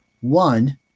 one